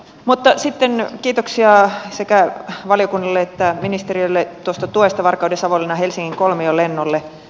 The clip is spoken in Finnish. mutta sitten kiitoksia sekä valiokunnalle että ministeriölle tuosta tuesta varkaudensavonlinnanhelsingin kolmiolennolle